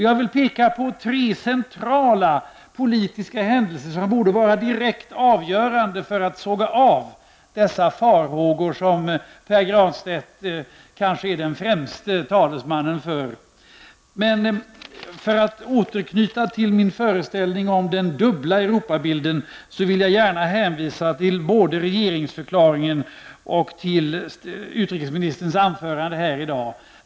Jag vill peka på tre centrala politiska händelser som borde vara direkt avgörande för att såga av de farhågor som Pär Granstedt kanske är den främste talesmannen för. För att återknyta till min föreställning om den dubbla Europabilden vill jag emellertid gärna hänvisa till både regeringsförklaringen och utrikesministerns anförande här i dag.